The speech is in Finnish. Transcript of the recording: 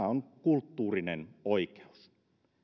on kulttuurinen oikeus